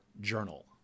journal